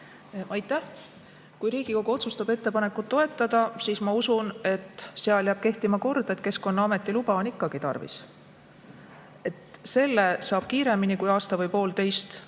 Aitäh! Kui Riigikogu otsustab ettepanekut toetada, siis ma usun, et jääb kehtima kord, et Keskkonnaameti luba on ikkagi tarvis. Aga selle saab kiiremini kui aasta või poolteisega,